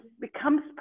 becomes